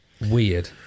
Weird